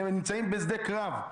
הם נמצאים בשדה קרב.